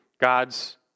God's